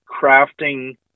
crafting